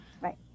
Right